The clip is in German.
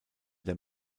der